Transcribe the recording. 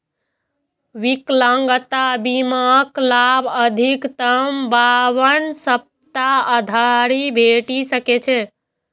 विकलांगता बीमाक लाभ अधिकतम बावन सप्ताह धरि भेटि सकै छै